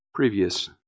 Previous